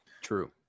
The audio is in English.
true